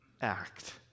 act